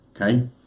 Okay